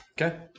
Okay